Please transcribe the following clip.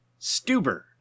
Stuber